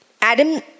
Adam